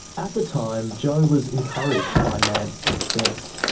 at the time, jo was encouraged by nant's success.